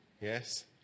Yes